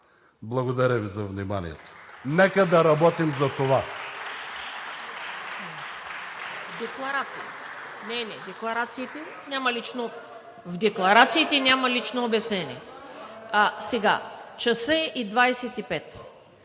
Благодаря Ви за вниманието. Нека да работим за това!